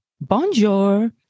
Bonjour